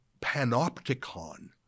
panopticon